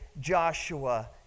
Joshua